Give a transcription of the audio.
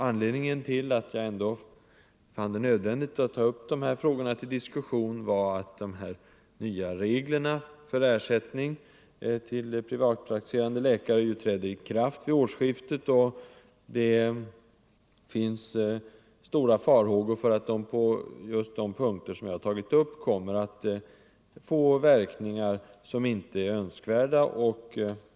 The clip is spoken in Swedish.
Anledningen till att jag fann det nödvändigt att ta upp dessa frågor till diskussion var att de nya reglerna för ersättning till privatpraktiserande läkare träder i kraft vid årsskiftet och att det finns anledning att befara att de just på de punkter jag har tagit upp kommer att få verkningar som inte är önskvärda.